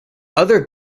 other